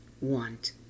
want